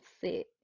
sit